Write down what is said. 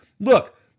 Look